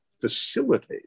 facilitate